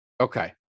Okay